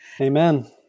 Amen